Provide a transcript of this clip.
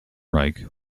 reich